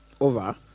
over